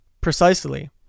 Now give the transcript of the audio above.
Precisely